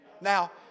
Now